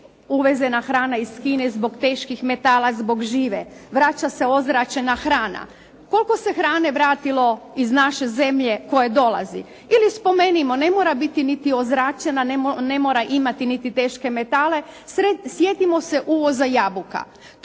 uvezena hrana iz Kine zbog teških metala, zbog žive, vraća se ozračena hrana. Koliko se hrane vratilo iz naše zemlje koja dolazi? Ili spomenimo ne mora biti niti ozračena, ne mora imati niti teške metale. Sjetimo se uvoza jabuka.